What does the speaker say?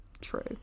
true